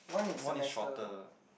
one is shorter